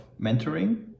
mentoring